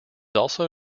also